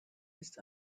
ist